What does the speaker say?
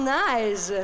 nice